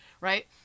Right